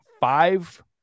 five